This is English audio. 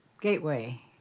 Gateway